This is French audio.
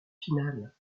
finale